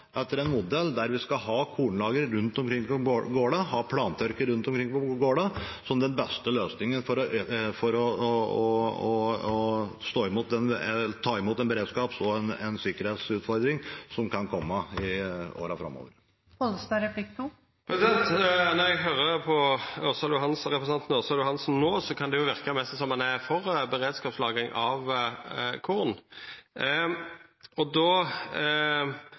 etter en modell for å ha kornlagre og plantørkere rundt omkring på gårdene. Det er den beste løsningen for å ta imot beredskaps- og sikkerhetsutfordringer som kan komme i årene framover. Når eg høyrer på representanten Ørsal Johansen no, kan det nesten verka som om han er for beredskapslagring av korn.